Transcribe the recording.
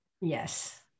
yes